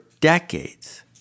decades